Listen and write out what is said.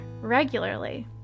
regularly